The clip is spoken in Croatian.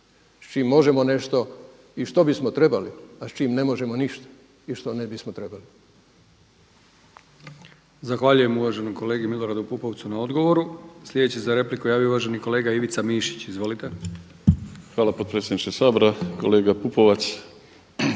s čim možemo nešto i što bismo trebali, a s čim ne možemo ništa i što ne bismo trebali.